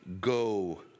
go